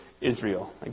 Israel